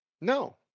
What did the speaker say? No